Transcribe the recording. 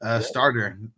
starter